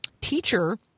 teacher